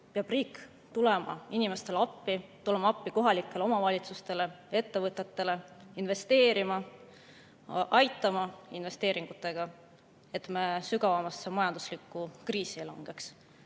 peab riik tulema inimestele appi, tulema appi kohalikele omavalitsustele ja ettevõtetele, ta peab investeerima, aitama investeeringutega, et me veel sügavamasse majanduskriisi ei langeks.